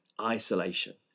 isolation